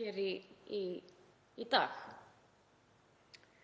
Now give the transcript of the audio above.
hér í dag.